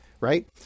right